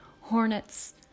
hornets